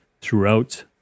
throughout